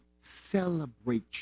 celebrate